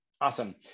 Awesome